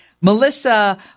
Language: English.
Melissa